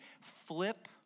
flip